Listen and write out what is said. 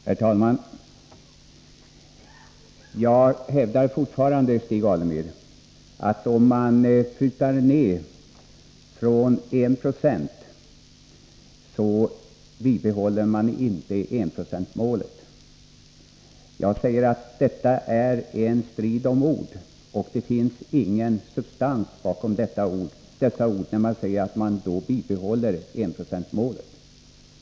Herr talman! Jag hävdar fortfarande, Stig Alemyr, att om man prutar ner från 1 96, så bibehåller man inte enprocentsmålet. Detta är en strid om ord. Det finns ingen substans i orden när man säger att man i så fall bibehåller enprocentsmålet.